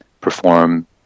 perform